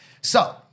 So-